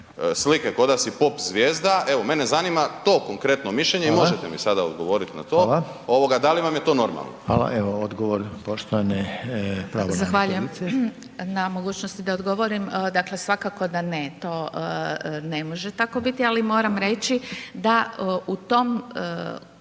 slike kao da si pop zvijezda. Evo mene zanima to konkretno mišljenje i možete mi sada odgovoriti na to, da li vam je to normalno? **Reiner, Željko (HDZ)** Hvala. Evo odgovor poštovane pravobraniteljice. **Pirnat Dragičević, Helenca** Zahvaljujem na mogućnosti da odgovorim. Dakle svakako da ne, to ne može tako biti ali moram reći da u tom